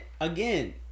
Again